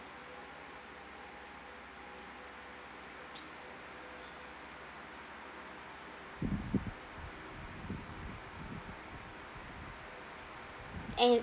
and